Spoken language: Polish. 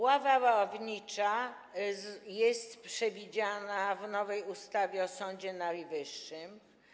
Ława ławnicza jest przewidziana w nowej ustawie o Sądzie Najwyższym.